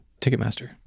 Ticketmaster